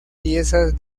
piezas